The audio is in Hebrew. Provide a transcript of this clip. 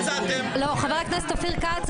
חבר הכנסת אופיר כץ,